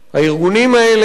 הארגונים האלה,